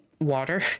Water